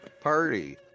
party